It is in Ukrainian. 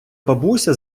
бабуся